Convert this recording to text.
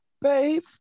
babe